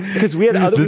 because we and have.